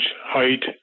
height